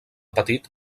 petit